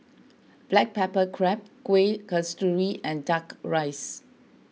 Black Pepper Crab Kuih Kasturi and Duck Rice